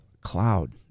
cloud